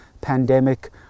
pandemic